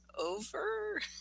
over